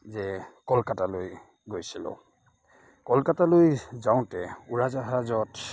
যে কলকাতালৈ গৈছিলোঁ কলকাতালৈ যাওতে উৰাজাহাজত